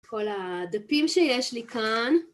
כל הדפים שיש לי כאן.